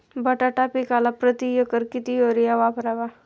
बटाटा पिकाला प्रती एकर किती युरिया वापरावा?